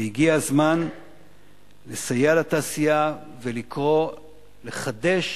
והגיע הזמן לסייע לתעשייה ולקרוא לחדש